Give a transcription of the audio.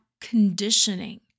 conditioning